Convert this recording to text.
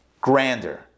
grander